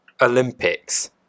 olympics